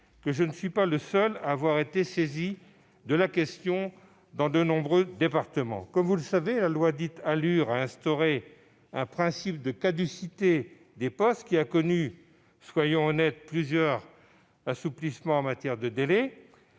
que je ne suis pas le seul à avoir été saisi de la question, qui a été posée dans de nombreux départements. Comme vous le savez, la loi ALUR a instauré un principe de caducité des POS qui a connu- soyons honnêtes ! -plusieurs assouplissements en matière de délais.